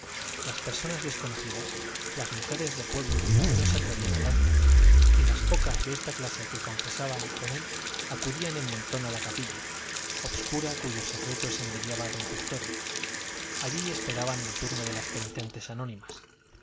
las personas desconocidas las mujeres de pueblo no se atrevían a tanto y las pocas de esta clase que confesaban con él acudían en montón a la capilla obscura cuyos secretos envidiaba don custodio allí esperaban el turno de las penitentes anónimas